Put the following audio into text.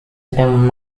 sedang